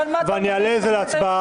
ואני אעלה את זה להצבעה.